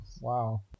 Wow